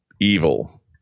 evil